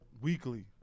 weekly